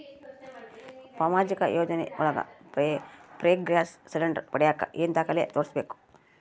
ಸಾಮಾಜಿಕ ಯೋಜನೆ ಒಳಗ ಫ್ರೇ ಗ್ಯಾಸ್ ಸಿಲಿಂಡರ್ ಪಡಿಯಾಕ ಏನು ದಾಖಲೆ ತೋರಿಸ್ಬೇಕು?